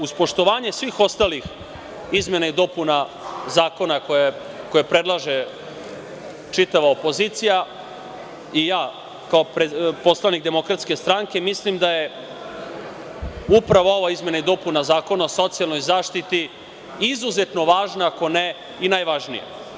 Uz poštovanje svih ostalih izmena i dopuna zakona koje predlaže čitava opozicija i ja kao poslanik DS, mislim da je upravo ova izmena i dopuna Zakona o socijalnoj zaštiti izuzetno važna, ako ne i najvažnija.